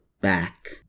back